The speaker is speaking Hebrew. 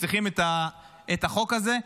שצריכים את החוק הזה,